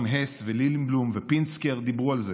גם הס ולילינבלום ופינסקר דיברו על זה.